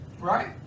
Right